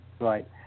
Right